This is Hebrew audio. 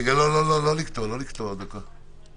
אבל לקוח מאוכלוסייה